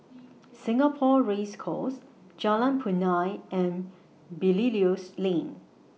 Singapore Race Course Jalan Punai and Belilios Lane